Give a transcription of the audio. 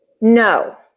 No